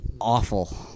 awful